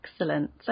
Excellent